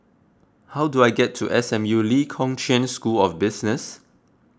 how do I get to S M U Lee Kong Chian School of Business